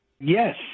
Yes